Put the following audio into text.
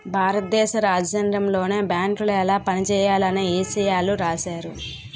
భారత దేశ రాజ్యాంగంలోనే బేంకులు ఎలా పనిజేయాలన్న ఇసయాలు రాశారు